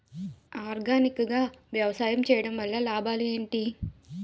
Organic గా వ్యవసాయం చేయడం వల్ల లాభాలు ఏంటి?